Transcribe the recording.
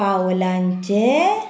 पावलांचें